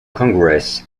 congress